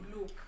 look